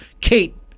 Kate